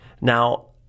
Now